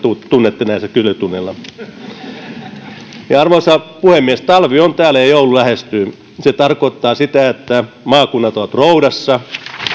tunnette näillä kyselytunneilla arvoisa puhemies talvi on täällä ja joulu lähestyy se tarkoittaa sitä että maakunnat ovat roudassa